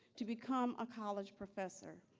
to become a college professor.